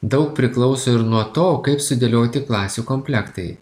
daug priklauso ir nuo to kaip sudėlioti klasių komplektai